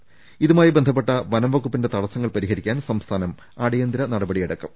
ദ്ദ ഇതുമായി ബന്ധപ്പെട്ട വനംവകുപ്പിന്റെ തടസ്സങ്ങൾ പരിഹരി ക്കാൻ സംസ്ഥാനം അടിയന്തിര നടപടിയെടുക്കും